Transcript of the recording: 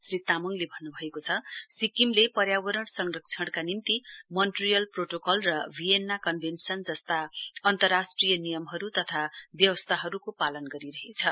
श्री तामङले भन्नुभएको छ सिक्किमले पर्यावरण संरक्षणका निम्ति मोन्ट्रियल प्रोटोकल र भियेन्ना कन्भेन्शन जस्ता सवै अन्तराष्ट्रिय नियमहरुको तथा व्यवस्थाहरु पालन गरिरहेछ